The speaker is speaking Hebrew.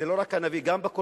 זה לא רק הנביא, גם בקוראן.